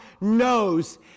knows